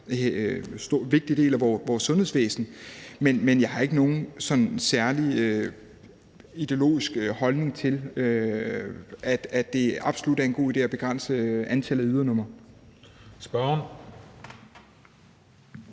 vigtig del af vores sundhedsvæsen. Men jeg har ikke nogen sådan særlig ideologisk holdning til, at det absolut er en god idé at begrænse antallet af ydernumre. Kl.